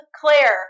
Claire